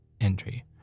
Entry